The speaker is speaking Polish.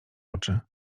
oczy